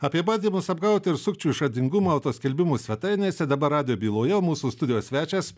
apie bandymus apgauti ir sukčių išradingumą skelbimų svetainėse dabar radijo byloje mūsų studijos svečias